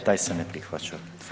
E taj se ne prihvaća.